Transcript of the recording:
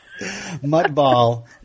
Mudball